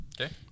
Okay